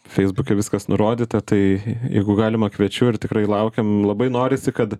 feisbuke viskas nurodyta tai jeigu galima kviečiu ir tikrai laukiam labai norisi kad